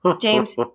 James